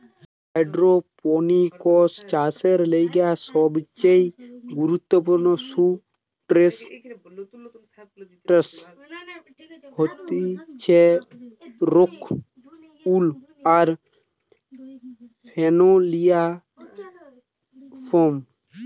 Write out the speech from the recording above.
hydroponics চাষের লিগে সবচেয়ে গুরুত্বপূর্ণ সুবস্ট্রাটাস হতিছে রোক উল আর ফেনোলিক ফোম